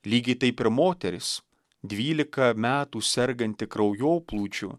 lygiai taip ir moteris dvylika metų serganti kraujoplūdžiu